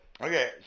okay